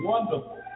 Wonderful